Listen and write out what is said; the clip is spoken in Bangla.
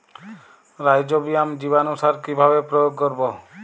রাইজোবিয়াম জীবানুসার কিভাবে প্রয়োগ করব?